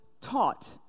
taught